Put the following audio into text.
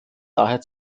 daher